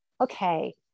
okay